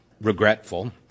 regretful